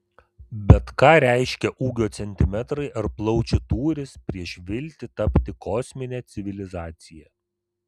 bet ką reiškia ūgio centimetrai ar plaučių tūris prieš viltį tapti kosmine civilizacija